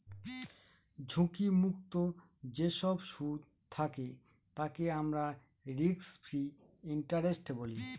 ঝুঁকি মুক্ত যেসব সুদ থাকে তাকে আমরা রিস্ক ফ্রি ইন্টারেস্ট বলি